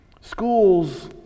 Schools